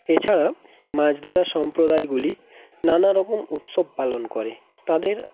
এছাড়াও মাছ ধরা সম্প্রদায়গুলি নানারকম উৎসব পালন করে তাদের